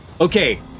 Okay